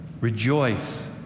Rejoice